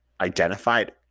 identified